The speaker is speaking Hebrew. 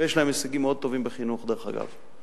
ויש להם הישגים מאוד טובים בחינוך, דרך אגב.